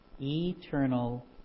eternal